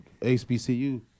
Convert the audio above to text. HBCU